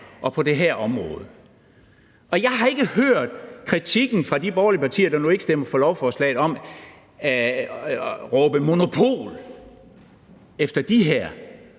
og på det her område, og jeg har ikke hørt kritik fra de borgerlige partier, der nu ikke stemmer for lovforslaget, råbe monopol efter de her